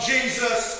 Jesus